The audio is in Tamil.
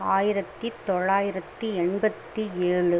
ஆயிரத்தி தொள்ளாயிரத்தி எண்பத்தி ஏழு